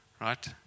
right